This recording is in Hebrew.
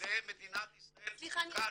בזה מדינת ישראל כשלה.